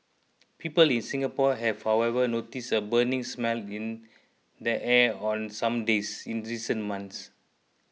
people in Singapore have however noticed a burning smell in the air on some days in recent months